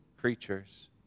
creatures